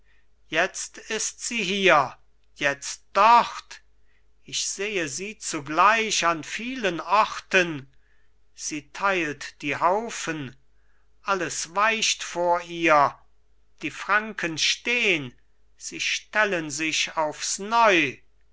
jetzt ist sie hier jetzt dort ich sehe sie zugleich an vielen orten sie teilt die haufen alles weicht vor ihr die franken stehn sie stellen sich aufs neu